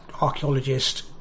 archaeologist